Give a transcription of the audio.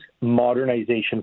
modernization